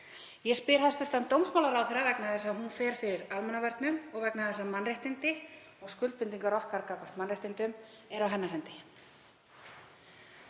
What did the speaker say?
Ég spyr hæstv. dómsmálaráðherra vegna þess að hún fer fyrir almannavörnum og vegna þess að mannréttindi og skuldbindingar okkar gagnvart mannréttindum eru á hennar hendi.